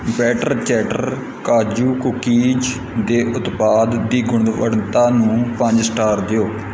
better Chatter kaju cookies ਦੇ ਉਤਪਾਦ ਦੀ ਗੁਣਵੱਤਾ ਨੂੰ ਪੰਜ ਸਟਾਰ ਦਿਓ